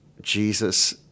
Jesus